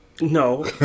No